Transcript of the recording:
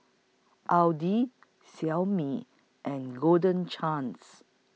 Audi Xiaomi and Golden Chance